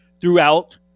throughout